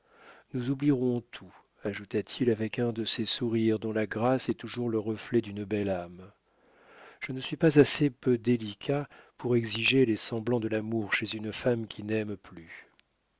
nous oublierons tout ajouta-t-il avec un de ces sourires dont la grâce est toujours le reflet d'une belle âme je ne suis pas assez peu délicat pour exiger les semblants de l'amour chez une femme qui n'aime plus